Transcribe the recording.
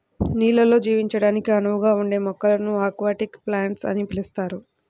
నీళ్ళల్లో జీవించడానికి అనువుగా ఉండే మొక్కలను అక్వాటిక్ ప్లాంట్స్ అని పిలుస్తారు